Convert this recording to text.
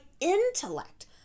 intellect